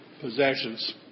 possessions